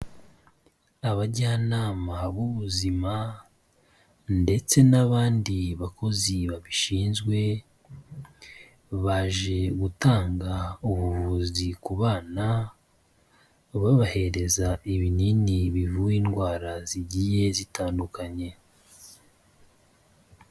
Abajyanama b'ubuzima ndetse n'abandi bakozi babishinzwe, baje gutanga ubuvuzi ku bana, babahereza ibinini bivura indwara zigiye zitandukanye.